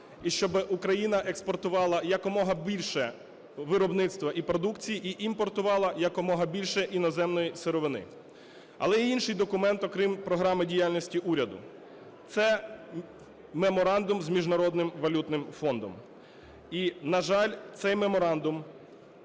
і щоби Україна експортувала якомога більше виробництва і продукції, і імпортувала якомога більше іноземної сировини. Але є інший документ, окрім програми діяльності уряду. Це меморандум з Міжнародним валютним фондом. І, на жаль, цей меморандум